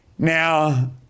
Now